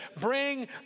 bring